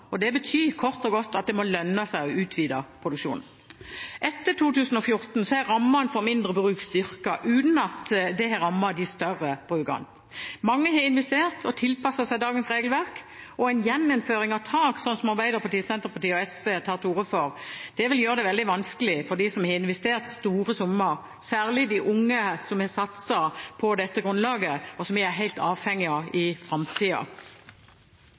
sektorer. Det betyr kort og godt at det må lønne seg å utvide produksjonen. Etter 2014 er rammene for mindre bruk styrket uten at det har rammet de større brukene. Mange har investert og tilpasset seg dagens regelverk, og en gjeninnføring av tak, som Arbeiderpartiet, Senterpartiet og SV tar til orde for, vil gjøre det veldig vanskelig for dem som har investert store summer, særlig de unge som har satset på dette grunnlaget, og som vi er helt avhengige av i